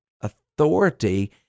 authority